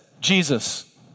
Jesus